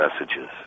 messages